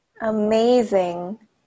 Amazing